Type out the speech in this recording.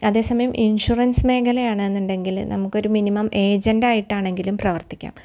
അതേസമയം ഇന്ഷൊറന്സ് മേഖലയാണെന്നുണ്ടെങ്കിൽ നമുക്കൊരു മിനിമം ഏജന്റ്റായിട്ടാണെങ്കിലും പ്രവര്ത്തിക്കാം